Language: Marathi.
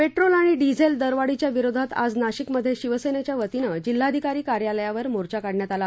पेट्रोल आणि डिझेल दरवाढीच्या विरोधात आज नाशिक मध्ये शिवसेनेच्या वतीनं जिल्हाधिकारी कार्यालयावर मोर्चा काढण्यात आला